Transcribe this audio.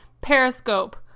periscope